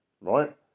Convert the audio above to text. right